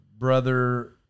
brother